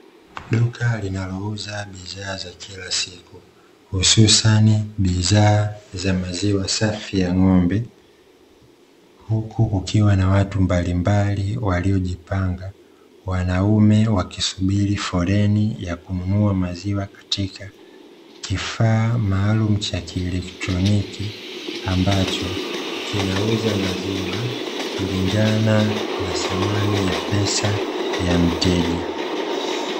Duka linalouza bidhaa za kila siku hususan bidhaa za maziwa safi ya ng'ombe huku kukiwa na watu mbalimbali waliojipanga, wanaume wakisubiri foleni ya kununua maziwa katika kifaa maalumu cha kielekroniki ambacho kinauza maziwa kulingana na thamani ya pesa ya mteja.